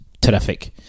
terrific